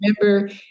remember